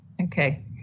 Okay